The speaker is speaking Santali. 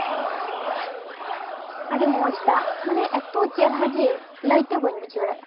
ᱟᱹᱰᱤ ᱢᱚᱡᱽ ᱫᱟᱜ ᱢᱟᱱᱮ ᱮᱛᱚ ᱪᱮᱦᱨᱟ ᱡᱮ ᱞᱟᱹᱭᱛᱮ ᱵᱟᱹᱧ ᱵᱩᱡᱷᱟᱹᱣ ᱫᱟᱲᱮᱭᱟᱜᱼᱟ